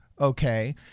Okay